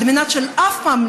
על מנת שאף פעם,